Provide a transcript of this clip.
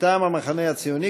מטעם המחנה הציוני.